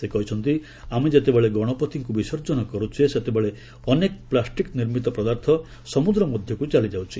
ସେ କହିଛନ୍ତି ଆମେ ଯେତେବେଳେ ଗଣପତିଙ୍କୁ ବିସର୍ଜନ କରୁଛେ ସେତେବେଳେ ଅନେକ ପ୍ଲାଷ୍ଟିକ୍ ନିର୍ମିତ ପଦାର୍ଥ ସମୁଦ୍ର ମଧ୍ୟକୁ ଚାଲିଯାଉଛି